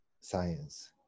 science